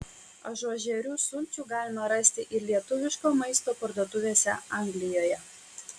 ažuožerių sulčių galima rasti ir lietuviško maisto parduotuvėse anglijoje